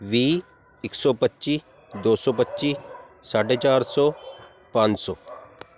ਵੀਹ ਇੱਕ ਸੌ ਪੱਚੀ ਦੋ ਸੌ ਪੱਚੀ ਸਾਢੇ ਚਾਰ ਸੌ ਪੰਜ ਸੌ